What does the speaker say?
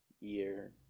year